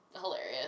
Hilarious